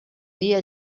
dia